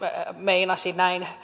meinasi näin